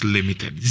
Limited